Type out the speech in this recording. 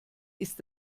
ist